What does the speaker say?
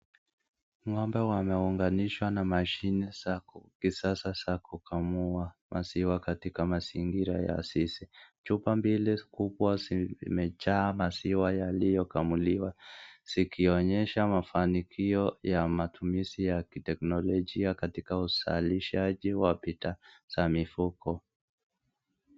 Ngombe wameunganishwa na mashini za kisasa za kukamua maziwa katika mazingira ya zizi, chupa mbili kubwa zimejaa maziwa yaliyokamuliwa zikionyesha mafanikio ya matumizi ya kiteknolojia katika uzalishaji wa bidhaa za mifugo.